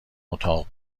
اتاق